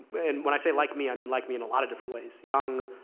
and when i say, like me, i mean like me in a lot of different ways young,